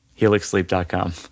helixsleep.com